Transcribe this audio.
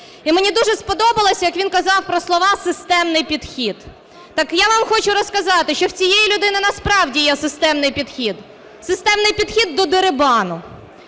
І мені дуже сподобалося, як він казав про слова "системний підхід". Так я вам хочу розказати, що у цієї людини насправді є системний підхід. Системний підхід до дерибану.